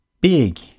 big